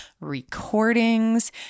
recordings